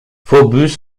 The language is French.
phœbus